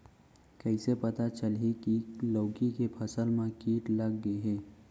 कइसे पता चलही की लौकी के फसल मा किट लग गे हे?